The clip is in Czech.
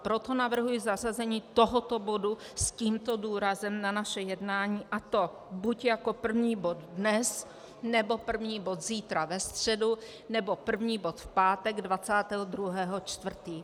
Proto navrhuji zařazení tohoto bodu s tímto důrazem na naše jednání, a to buď jako první bod dnes, nebo první bod zítra, ve středu, nebo první bod v pátek 22. 4.